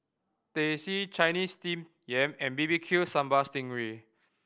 Teh C Chinese Steamed Yam and B B Q Sambal sting ray